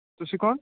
ਤੁਸੀਂ ਕੌਣ